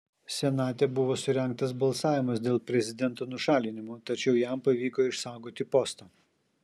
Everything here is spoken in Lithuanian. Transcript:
senate buvo surengtas balsavimas dėl prezidento nušalinimo tačiau jam pavyko išsaugoti postą